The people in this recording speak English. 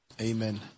Amen